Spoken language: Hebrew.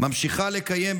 ממשיכה לקיים,